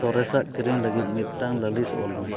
ᱥᱚᱨᱮᱥᱟᱜ ᱠᱤᱨᱤᱧ ᱞᱟᱹᱜᱤᱫ ᱢᱤᱫᱴᱟᱝ ᱞᱟᱹᱞᱤᱥ ᱚᱞᱢᱮ